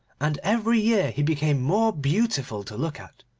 and every year he became more beautiful to look at,